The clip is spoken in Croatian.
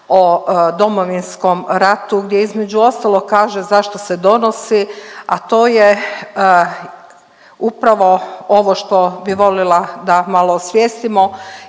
o Domovinskom ratu gdje između ostalog kaže zašto se donosi, a to je upravo ovo što bi volila da malo osvijestimo,